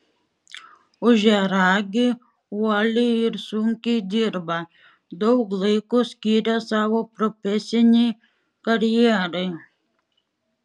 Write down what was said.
ožiaragiai uoliai ir sunkiai dirba daug laiko skiria savo profesinei karjerai